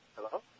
Hello